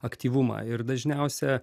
aktyvumą ir dažniausia